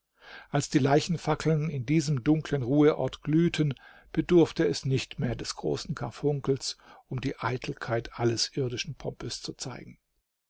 als die leichenfackeln in diesem dunklen ruheorte glühten bedurfte es nicht mehr des großen karfunkels um die eitelkeit alles irdischen pompes zu zeigen